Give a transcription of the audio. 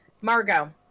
Margot